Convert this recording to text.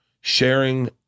sharing